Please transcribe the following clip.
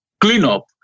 cleanup